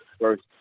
first